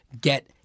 get